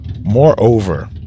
moreover